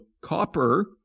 copper